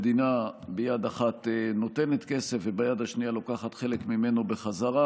אבסורד שהמדינה ביד אחת נותנת כסף וביד השנייה לוקחת חלק ממנו בחזרה.